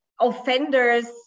offenders